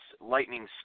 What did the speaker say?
lightning